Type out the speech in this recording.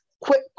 quick